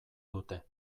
dute